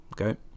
okay